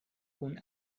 kun